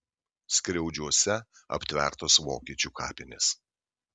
skriaudžiuose aptvertos vokiečių kapinės